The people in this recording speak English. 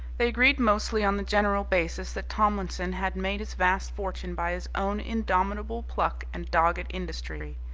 they agreed mostly on the general basis that tomlinson had made his vast fortune by his own indomitable pluck and dogged industry.